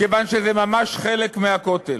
כיוון שזה ממש חלק מהכותל.